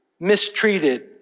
mistreated